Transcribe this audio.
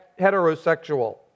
heterosexual